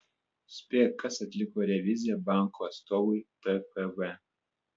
spėk kas atliko reviziją banko atstovui ppv